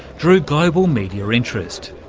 drew global media interest,